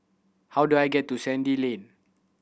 how do I get to Sandy Lane